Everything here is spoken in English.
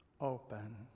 open